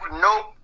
Nope